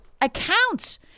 accounts